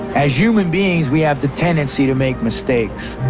as human beings, we have the tendency to make mistakes.